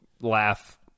laugh